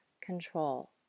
control